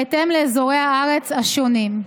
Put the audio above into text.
בהתאם לאזורי הארץ השונים.